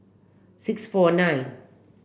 six four nine